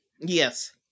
Yes